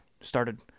started